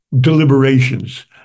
deliberations